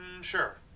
sure